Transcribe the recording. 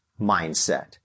mindset